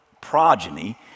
progeny